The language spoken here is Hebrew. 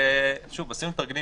עשינו תרגילים,